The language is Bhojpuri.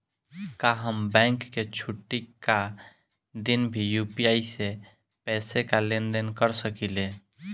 का हम बैंक के छुट्टी का दिन भी यू.पी.आई से पैसे का लेनदेन कर सकीले?